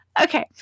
Okay